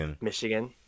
Michigan